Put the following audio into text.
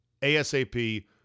ASAP